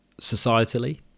societally